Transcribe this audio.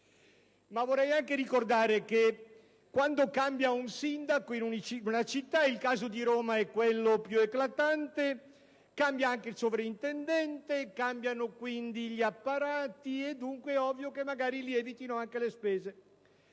però, anche ricordare che, quando cambia il sindaco in una città (e il caso di Roma è quello più eclatante), cambia anche il sovrintendente, cambiano quindi gli apparati ed è dunque ovvio che, magari, lievitino anche le spese.